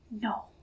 no